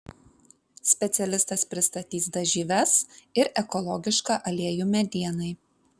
specialistas pristatys dažyves ir ekologišką aliejų medienai